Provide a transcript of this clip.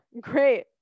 great